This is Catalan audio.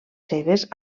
seves